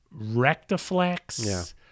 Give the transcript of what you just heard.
Rectiflex